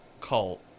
cult